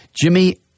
Jimmy